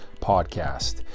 Podcast